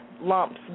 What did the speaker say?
lumps